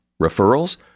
Referrals